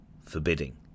Forbidding